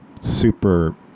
super